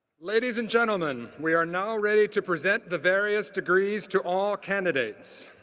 ladies and gentlemen, we are now ready to present the various degrees to all candidates.